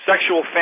Sexual